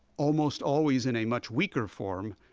almost always in a much weaker form,